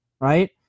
right